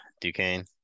Duquesne